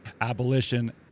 abolition